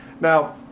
Now